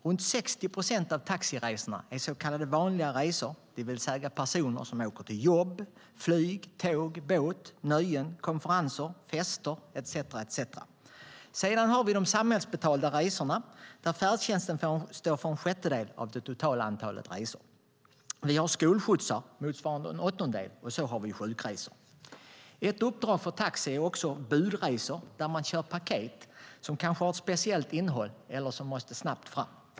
Runt 60 procent av taxiresorna är så kallade vanliga resor, då personer åker till jobb, flyg, tåg, båt, nöjen, konferenser, fester etcetera. Sedan har vi de samhällsbetalda resorna. Färdtjänsten står för en sjättedel av det totala antalet resor. Vi har skolskjutsar motsvarande en åttondel, och så har vi sjukresor. Ett uppdrag för taxi är också budresor, där man kör paket som kanske har ett speciellt innehåll eller som måste snabbt fram.